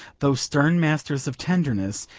those stern masters of tenderness,